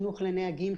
חינוך לנהגים,